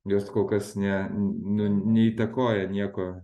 jos kol kas ne nu neįtakoja nieko